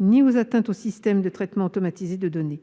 ni aux atteintes aux systèmes de traitement automatisé de données.